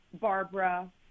Barbara